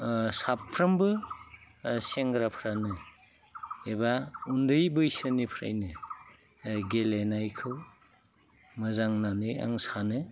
साफ्रोमबो सेंग्राफ्रानो एबा उन्दै बैसोनिफ्रायनो गेलेनायखो मोजां होननानै आं सानो